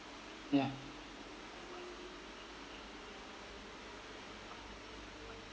ya